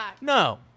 No